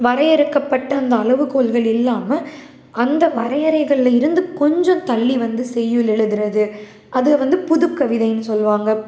வரையறுக்கப்பட்ட அந்த அளவுகோல்கள் இல்லாமல் அந்த வரையறைகளில் இருந்து கொஞ்சம் தள்ளி வந்து செய்யுள் எழுதுகிறது அது வந்து புதுக்கவிதைன்னு சொல்லுவாங்க